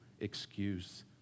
excuse